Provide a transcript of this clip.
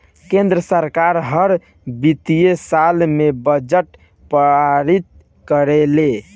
केंद्र सरकार हर वित्तीय साल में बजट पारित करेले